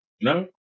No